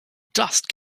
dust